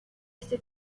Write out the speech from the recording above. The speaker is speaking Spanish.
este